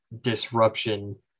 disruption